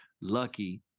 lucky